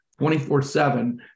24-7